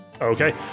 Okay